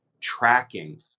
tracking